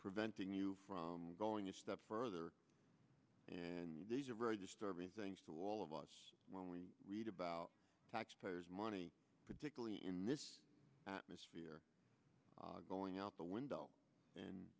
preventing you from going a step further and these are very disturbing things to all of us when we read about taxpayers money particularly in this atmosphere going out the window and